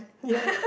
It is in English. ya